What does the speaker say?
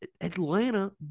Atlanta